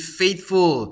faithful